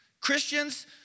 Christians